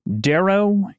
Darrow